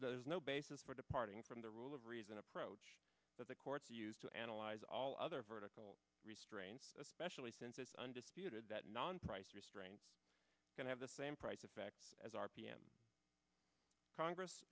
is no basis for departing from the rule of reason approach that the courts use to analyze all other vertical restraints especially since it's undisputed that non price restraint can have the same price effect as r p m congress